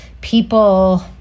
people